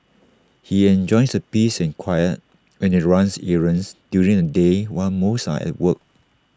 he enjoys the peace and quiet when he runs errands during the day while most are at work